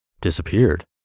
disappeared